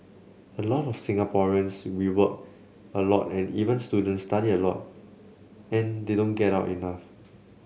a lot of Singaporeans we work a lot and even students study a lot and they don't get out enough